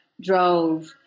drove